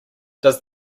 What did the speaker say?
does